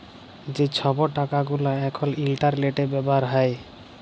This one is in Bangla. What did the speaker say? যে ছব টাকা গুলা এখল ইলটারলেটে ব্যাভার হ্যয়